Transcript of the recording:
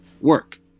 work